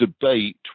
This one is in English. debate